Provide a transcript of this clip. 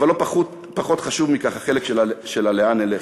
אבל לא פחות חשוב מכך החלק של "לאן נלך".